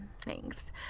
Thanks